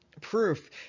proof